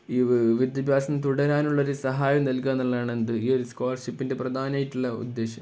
ഈ വിദ്യാഭ്യാസം തുടരാനുള്ള ഒരു സഹായം നൽകുക എന്നുള്ളതാണ് എന്ത് ഈ ഒരു സ്കോളർഷിപ്പിൻ്റെ പ്രധാനമായിട്ടുള്ള ഉദ്ദേശം